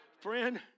Friend